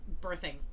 birthing